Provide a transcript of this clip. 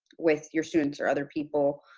with your students or other people.